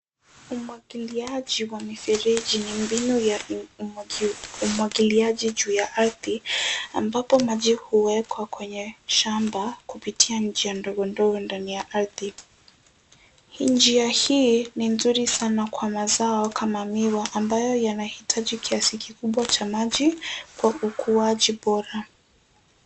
Umwagiliaji wa mifereji ni mbinu ya umwagiliaji juu ya ardhi ambapo maji huwekwa kwenye shamba kupitia njia ndogo ndogo ya ardhi. Njia hii ni nzuri sana kwa mazao kama miwa ambayo yanahitaji kiasi kikubwa cha maji kwa ukuaji bora.